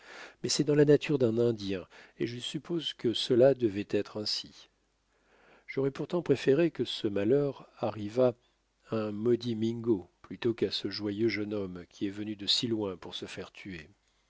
mais c'est dans la nature d'un indien et je suppose que cela devait être ainsi j'aurais pourtant préféré que ce malheur arrivât à un maudit mingo plutôt qu'à ce joyeux jeune homme qui est venu de si loin pour se faire tuer